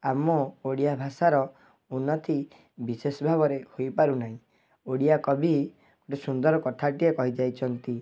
ଆମ ଓଡ଼ିଆ ଭାଷାର ଉନ୍ନତି ବିଶେଷ ଭାବରେ ହୋଇପାରୁନାହିଁ ଓଡ଼ିଆ କବି ଗୋଟେ ସୁନ୍ଦର କଥାଟିଏ କହିଯାଇଛନ୍ତି